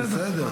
בסדר.